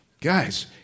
Guys